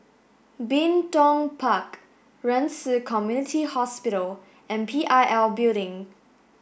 Bin Tong Park Ren Ci Community Hospital and P I L Building